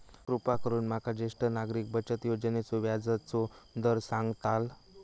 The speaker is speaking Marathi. कृपा करून माका ज्येष्ठ नागरिक बचत योजनेचो व्याजचो दर सांगताल